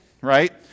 right